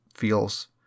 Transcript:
Feels